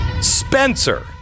Spencer